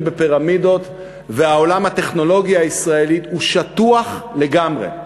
בפירמידות ועולם הטכנולוגיה הישראלי שטוח לגמרי.